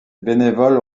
bénévoles